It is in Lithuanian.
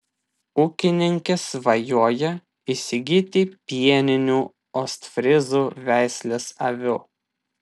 ūkininkė svajoja įsigyti pieninių ostfryzų veislės avių